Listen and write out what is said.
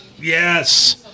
Yes